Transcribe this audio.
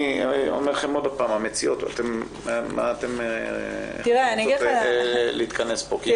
אני אומר לכם עוד פעם איך אתן רוצות להתכנס פה?